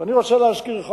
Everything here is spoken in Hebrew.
ואני רוצה להזכירך